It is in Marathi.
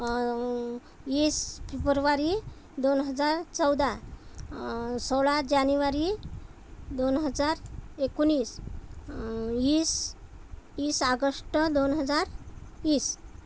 वीस फेबूरवारी दोन हजार चौदा सोळा जानेवारी दोन हजार एकोणीस वीस वीस आगस्ट दोन हजार वीस